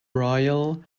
royal